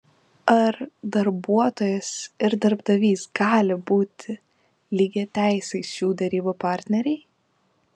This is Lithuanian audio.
ar darbuotojas ir darbdavys gali būti lygiateisiai šių derybų partneriai